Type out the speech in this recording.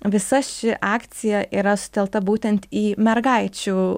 visa ši akcija yra sutelkta būtent į mergaičių